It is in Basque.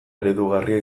eredugarria